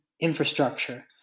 infrastructure